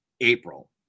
April